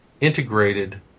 integrated